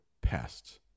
pests